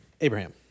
Abraham